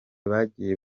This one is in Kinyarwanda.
bagiye